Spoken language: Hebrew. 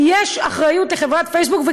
כי לחברת פייסבוק יש אחריות.